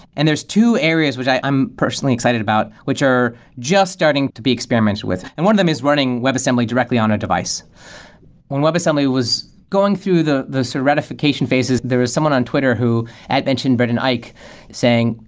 and there's two areas, which i'm personally excited about, which are just starting to be experimented with. and one of them is running webassembly directly on a device when webassembly was going through the the so ratification phases, there was someone on twitter who i'd mentioned brendan eich saying,